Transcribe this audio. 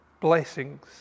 blessings